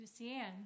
Lucianne